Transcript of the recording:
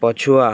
ପଛୁଆ